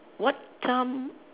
what time